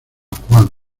juan